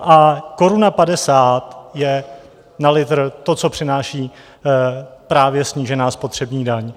A koruna padesát je na litr to, co přináší právě snížená spotřební daň.